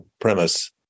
premise